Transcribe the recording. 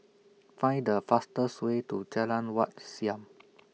Find The fastest Way to Jalan Wat Siam